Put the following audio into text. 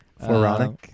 Floronic